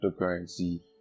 cryptocurrency